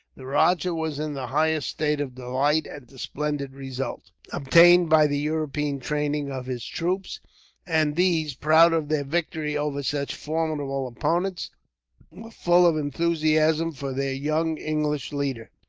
the rajah was in the highest state of delight at the splendid result, obtained by the european training of his troops and these, proud of their victory over such formidable opponents, were full of enthusiasm for their young english leader.